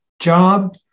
job